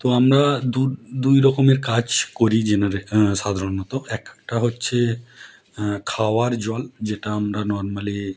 তো আমরা দুই রকমের কাজ করি জেনারেলি সাধারণত একটা হচ্ছে খাওয়ার জল যেটা আমরা নরমালি